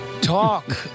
talk